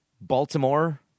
Baltimore